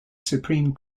supreme